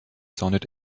sounded